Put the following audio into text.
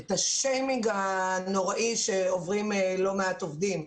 את השיימינג הנוראי שעוברים לא מעט עובדים,